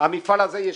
המפעל הזה ישוקם.